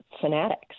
fanatics